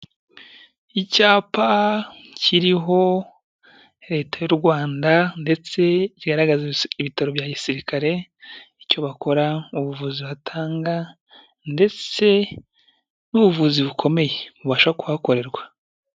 Icyapa kiriho leta y'u Rwanda ndetse kigaragaza ibitaro bya gisirikare, icyo bakora, ubuvuzi batanga ndetse n'ubuvuzi bukomeye bubasha kuhakorerwa.